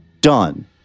Done